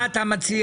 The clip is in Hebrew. מה אתה מציע?